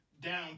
down